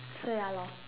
so ya lor